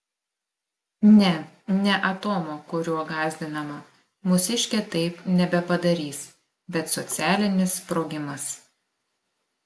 ne ne atomo kuriuo gąsdinama mūsiškė taip nebepadarys bet socialinis sprogimas